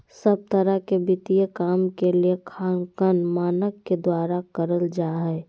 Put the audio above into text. सब तरह के वित्तीय काम के लेखांकन मानक के द्वारा करल जा हय